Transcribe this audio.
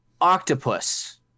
octopus